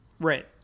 Right